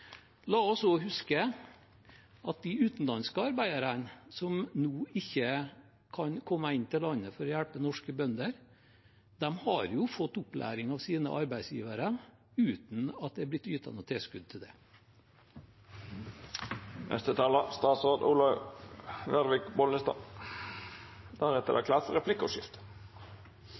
La oss også huske at de utenlandske arbeiderne som nå ikke kan komme inn i landet for å hjelpe norske bønder, har fått opplæring av sine arbeidsgivere uten at det er blitt ytt noe tilskudd til det.